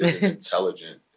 intelligent